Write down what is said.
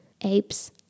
apes